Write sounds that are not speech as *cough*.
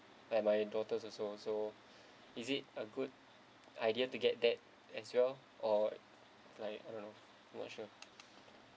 and my daughter also so *breath* is it a good idea to get that as well or like I don't know I'm not sure